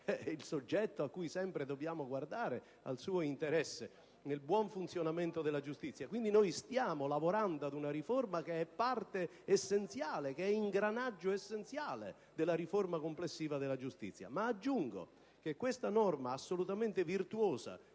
il soggetto a cui sempre dobbiamo guardare, nel suo interesse, nell'interesse del buon funzionamento della giustizia. Quindi, stiamo lavorando ad una riforma che è ingranaggio essenziale della riforma complessiva della giustizia. Aggiungo che questa norma assolutamente virtuosa